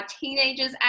teenagers